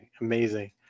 amazing